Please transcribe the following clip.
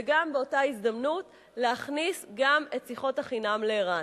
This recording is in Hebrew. וגם באותה הזדמנות להכניס גם את שיחות החינם לער"ן.